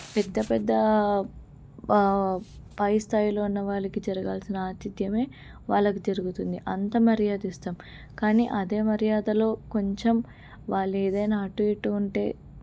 పెద్ద పెద్ద పై స్థాయిలో ఉన్న వాళ్ళకి జరగాల్సిన ఆతిధ్యమే వాళ్ళకి జరుగుతుంది అంత మర్యాదిస్తాం కానీ అదే మర్యాదలో కొంచెం వాళ్ళేదైనా అటూ ఇటూ ఉంటే